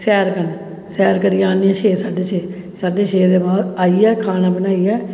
सैर करने ई सैर करने घर आन्नी छे साढ़े छे साढ़े छे दे बाद आइयै खाना बनाइयै